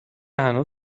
هنوز